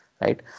right